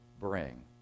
bring